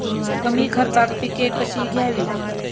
कमी खर्चात पिके कशी घ्यावी?